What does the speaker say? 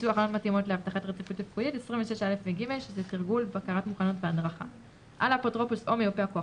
26 (א) (ג) ; על האפוטרופוס או מיופה הכוח